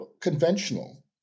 conventional